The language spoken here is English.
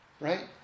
Right